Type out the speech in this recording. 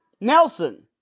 Nelson